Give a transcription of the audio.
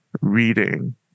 reading